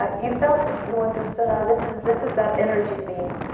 ah you felt it. you understood, ah, this is this is that energy beam.